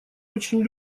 очень